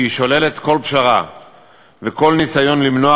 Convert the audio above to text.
ששוללת כל פשרה וכל ניסיון למנוע,